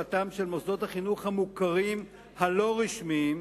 בתקציביהם של מוסדות חינוך מוכרים שאינם רשמיים